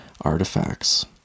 artifacts